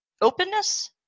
openness